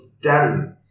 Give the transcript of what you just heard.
done